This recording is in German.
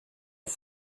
auf